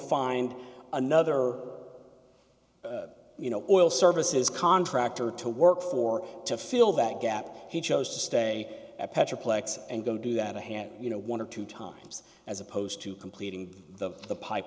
find another you know oil services contractor to work for to fill that gap he chose to stay at petra plexi and go do that ahead you know one or two times as opposed to completing the pipe